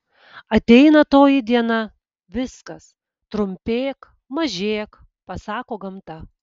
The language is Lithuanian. ateina toji diena viskas trumpėk mažėk pasako gamta